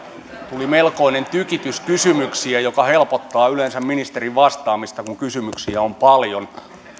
tuli melkoinen tykitys kysymyksiä helpottaa yleensä ministerin vastaamista kun kysymyksiä on paljon